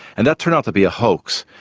and that turned out to be a hoax.